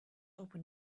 open